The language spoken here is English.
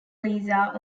lisa